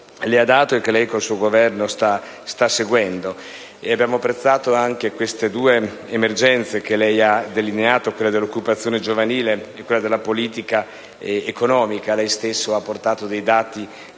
le ha indicato e che lei con il suo Governo sta seguendo. Abbiamo apprezzato anche le due emergenze da lei delineate: quella dell'occupazione giovanile e quella della politica economica. Lei stesso ha citato dati